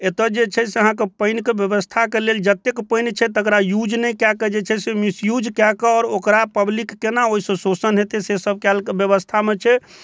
एतऽ जे छै से अहाँके पानिके ब्यबस्थाके लेल जतेक पानि छै तकरा यूज नहि कऽ कऽ जे छै से मिस यूज कऽ कऽ आओर ओकरा पब्लिक केना ओहिसँ शोषण हेतै से सब काल्हिके ब्यबस्थामे छै